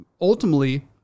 ultimately